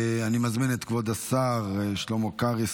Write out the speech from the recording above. אני מזמין את כבוד השר שלמה קרעי,